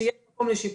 שיש מקום לשיפור.